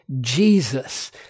Jesus